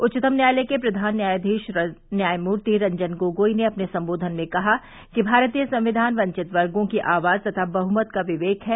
उच्चतम न्यायालय के प्रवान न्यायावीश न्यायमूर्ति रंजन गोगोई ने अपने संबोधन में कहा कि भारतीय संविघान वंचित वर्गों की आवाज तथा बहुमत का विवेक है